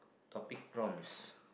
topic prompts